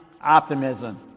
optimism